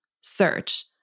search